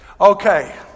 Okay